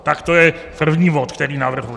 Tak to je první bod, který navrhuji.